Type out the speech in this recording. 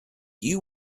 you